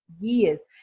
years